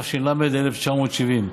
התש"ל 1970,